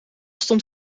stond